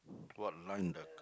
what line